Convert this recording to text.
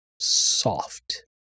soft